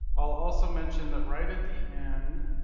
i'll also mention that right at the end,